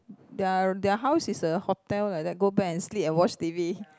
their their house is a hotel like that go back and sleep and watch T_V